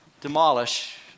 demolish